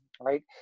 Right